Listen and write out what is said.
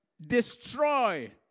destroy